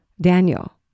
Daniel